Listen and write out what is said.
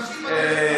תמשיך בדרך שלך,